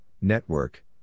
Network